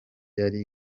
yari